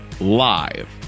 live